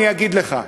אני אגיד לך,